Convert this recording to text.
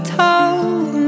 told